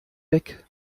weg